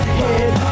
hit